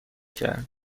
کرد